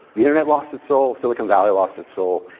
the internet lost its soul. silicon valley lost its soul